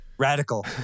radical